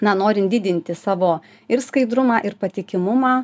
na norint didinti savo ir skaidrumą ir patikimumą